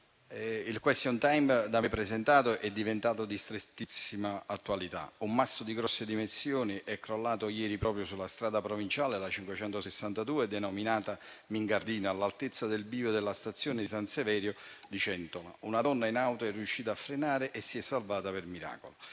*question time* è diventata di strettissima attualità: un masso di grosse dimensioni è crollato ieri proprio sulla strada provinciale 562, denominata Mingardina, all'altezza del bivio della stazione di San Severo di Cento, una donna in auto è riuscita a frenare e si è salvata per miracolo.